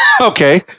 Okay